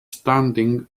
standing